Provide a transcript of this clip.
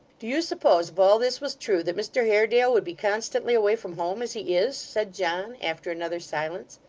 do you suppose if all this was true, that mr haredale would be constantly away from home, as he is said john, after another silence.